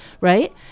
right